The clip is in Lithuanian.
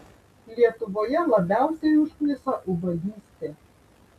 lietuvoje labiausiai užknisa ubagystė